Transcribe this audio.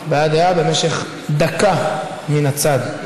הבעת דעה במשך דקה מן הצד.